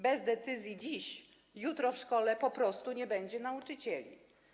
Bez decyzji dziś, jutro w szkole po prostu nie będzie nauczycieli.